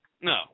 no